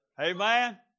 Amen